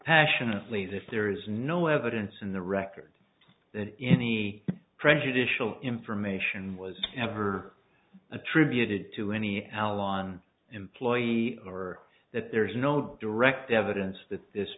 passionately as if there is no evidence in the record that any prejudicial information was ever attributed to any our lawn employee or that there's no direct evidence that this